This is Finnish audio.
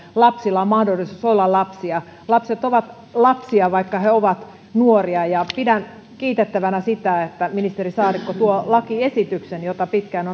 lapsilla on mahdollisuus olla lapsia lapset ovat lapsia vaikka he ovat nuoria ja pidän kiitettävänä sitä että ministeri saarikko tuo lakiesityksen jota pitkään